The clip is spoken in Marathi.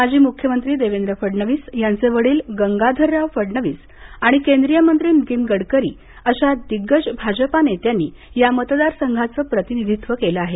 माजी मुख्यमंत्री देवेंद्र फडणवीस यांचे वडील गंगाधरराव फडणवीस आणि केंद्रीय मंत्री नीतीन गडकरी अशा दिग्गज भाजपा नेत्यांनी या मतदारसंघाचं प्रतिनिधित्व केलं आहे